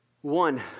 One